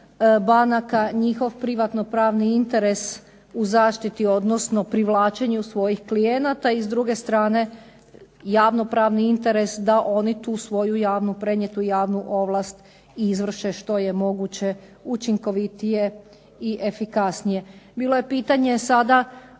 banaka, njihov privatnopravni interes u zaštiti, odnosno privlačenju svojih klijenata, i s druge strane javnopravni interes da oni tu svoju javnu, prenijetu javnu ovlast i izvrše što je moguće učinkovitije i efikasnije. Bilo je pitanje sada